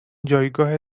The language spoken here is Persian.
جایگاه